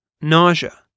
nausea